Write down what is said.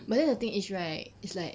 but then the thing is right is like